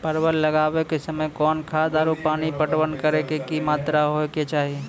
परवल लगाबै के समय कौन खाद आरु पानी पटवन करै के कि मात्रा होय केचाही?